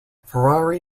ferrari